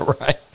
right